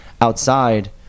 outside